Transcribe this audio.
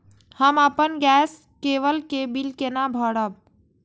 हम अपन गैस केवल के बिल केना भरब?